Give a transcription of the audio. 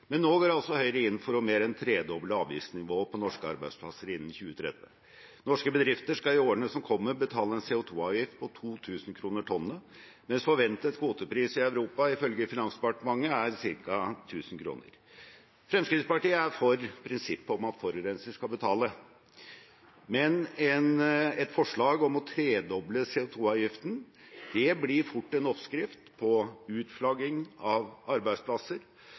men nå går Høyre inn for å mer enn tredoble avgiftsnivået på norske arbeidsplasser innen 2030. Norske bedrifter skal i årene som kommer, betale en CO 2 -avgift på 2 000 kr tonnet, mens forventet kvotepris i Europa ifølge Finansdepartementet er ca. 1 000 kr. Fremskrittspartiet er for prinsippet om at forurenser skal betale, men et forslag om å tredoble CO 2 -avgiften blir fort en oppskrift på utflagging av arbeidsplasser